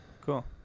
Cool